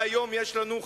והיום יש לנו "חמאס"